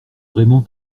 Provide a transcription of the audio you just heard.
vraiment